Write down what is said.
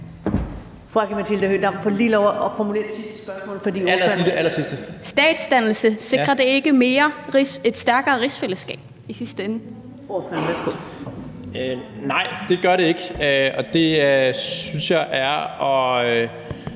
Nej, det gør det ikke, og jeg synes, det er at